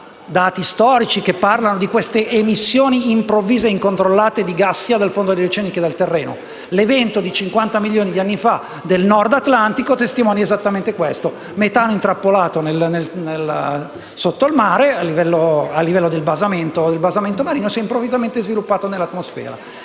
dati storici che parlano di queste emissioni improvvise e incontrollate, sia dal fondo dell'oceano che dal terreno. L'evento di cinquanta milioni di anni fa nel Nord atlantico testimonia esattamente questo: metano intrappolato sotto il mare, a livello del basamento marino che si è improvvisato sviluppato nell'atmosfera.